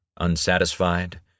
unsatisfied